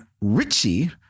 Richie